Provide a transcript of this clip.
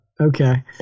Okay